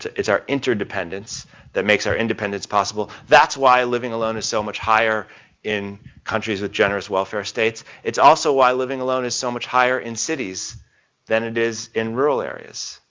it's our interdependence that makes our independence possible, that's why living alone is so much higher in countries with generous welfare states. it's also why living alone is so much higher in cities than it is in rural areas.